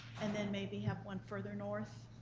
and then maybe have one further north,